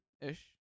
ish